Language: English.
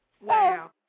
Wow